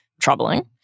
troubling